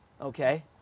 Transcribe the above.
Okay